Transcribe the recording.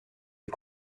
est